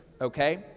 okay